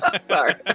sorry